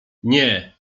nie